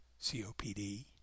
COPD